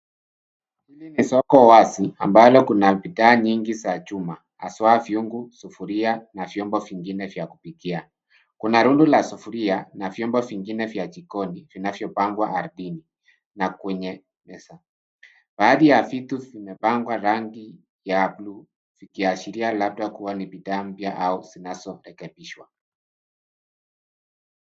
Hili ni soko wazi, ambalo kuna bidhaa nyingi za chuma, haswa vyungu, sufuria, na vyombo vingine vya kupikia. Kuna rundu la sufuria, na vyombo vingine vya jikoni, vinavyopangwa ardhini, na kwenye meza. Baadhi ya vitu vimepakwa rangi ya bluu, vikiashiria labda kuwa ni bidhaa mpya au zinazotenganishwa.